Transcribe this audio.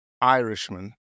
Irishman